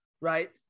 Right